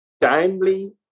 timely